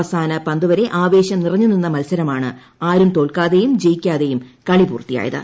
അവസാന പന്തുവരെ ആവേശം നിറഞ്ഞുനിന്ന മത്സരമാണ് ആരും തോൽക്കാതെയും ജയിക്കാതെയും കളി പൂർത്തിയായത്